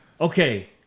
Okay